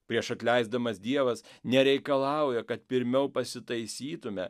prieš atleisdamas dievas nereikalauja kad pirmiau pasitaisytume